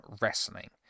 wrestling